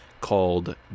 called